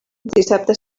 dissabte